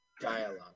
dialogue